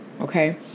Okay